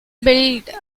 built